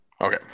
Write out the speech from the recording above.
Okay